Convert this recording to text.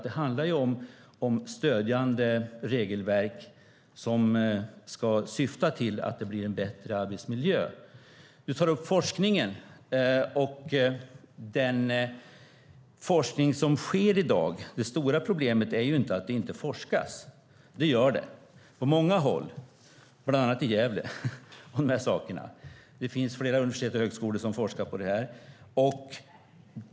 Det handlar ju om stödjande regelverk som ska syfta till att det blir bättre arbetsmiljö. Du tar upp forskningen. Det stora problemet i dag är inte att det inte forskas om de här sakerna, för det gör det - på många håll, bland annat i Gävle. Det finns flera universitet och högskolor som forskar på detta.